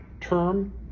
term